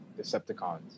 Decepticons